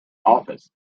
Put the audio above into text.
office